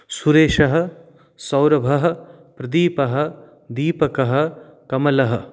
शुरेशः सौरभः प्रदीपः दीपकः कमलः